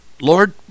Lord